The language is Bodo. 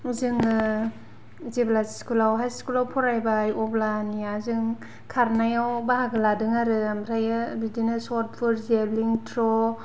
जोङो जेब्ला स्कुलावहाय स्कुलाव फरायबाय अब्लानिया जों खारनायाव बाहागो लादों आरो ओमफ्रायो बिदिनो स'त पुत जेब्लिन थ्र'